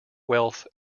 wealth